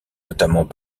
notamment